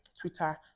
twitter